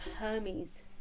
Hermes